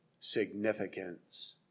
significance